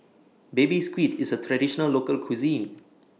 Baby Squid IS A Traditional Local Cuisine